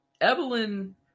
Evelyn